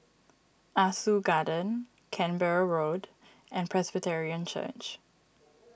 Ah Soo Garden Canberra Road and Presbyterian Church